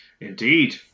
Indeed